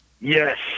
Yes